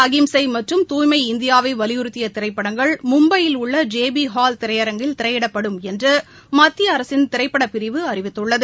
அஹிம்சை மற்றும் தூய்மை இந்தியாவை வலியுறுத்திய திரைப்படங்கள் மும்பையில் உள்ள ஜே பி ஹால் திரையரங்கில் திரையிடப்படும் என்று மத்திய அரசின் திரைப்படப்பிரிவு அறிவித்துள்ளது